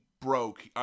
Broke